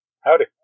Howdy